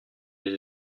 les